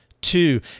two